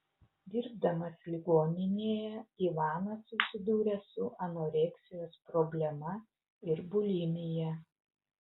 dirbdamas ligoninėje ivanas susidūrė su anoreksijos problema ir bulimija